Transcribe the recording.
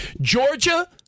Georgia